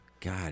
God